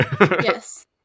Yes